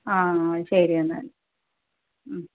ആ ശരി എന്നാല് മ്